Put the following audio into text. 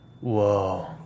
Whoa